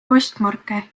postmarke